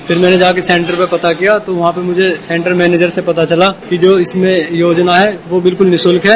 फिर मैंने जाकर सेन्टर पर पता किया तो वहां पर मुझे सेन्टर मैनेजर से पता चला कि जो इसमें योजना है वह बिल्कुल निशुल्क है